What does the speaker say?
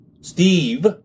Steve